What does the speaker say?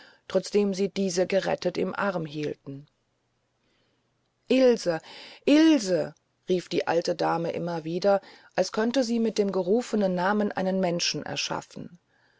trotzdem sie diese gerettet im arm hielten ilse ilse rief die alte dame immer wieder als könnte sie mit dem gerufenen namen einen menschen erschaffen